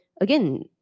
again